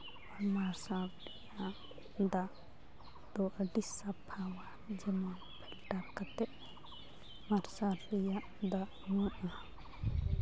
ᱟᱨ ᱢᱟᱨᱥᱟᱞ ᱨᱮᱭᱟᱜ ᱫᱟᱜ ᱫᱚ ᱟᱹᱰᱤ ᱥᱟᱯᱷᱟᱣᱟ ᱡᱮᱢᱚᱱ ᱯᱷᱤᱞᱴᱟᱨ ᱠᱟᱛᱮ ᱢᱟᱨᱥᱟᱞ ᱨᱮᱭᱟᱜ ᱫᱟᱜ